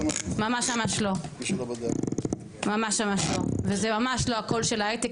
וזה ממש לא הקול של ההייטק,